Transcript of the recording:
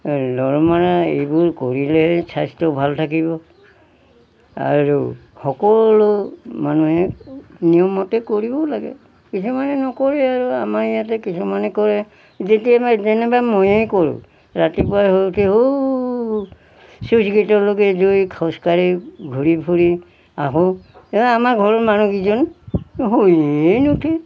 লৰ মৰা এইবোৰ কৰিলে স্বাস্থ্যও ভাল থাকিব আৰু সকলো মানুহে নিয়মতে কৰিবও লাগে কিছুমানে নকৰে আৰু আমাৰ ইয়াতে কিছুমানে কৰে যেতিয়ামাৰ যেনেবা ময়ে কৰোঁ ৰাতিপুৱা খোজাঢ়ি ঘূৰি ফুৰি আহোঁ আমাৰ ঘৰৰ মানুহকেইজন শুৱেই নুঠে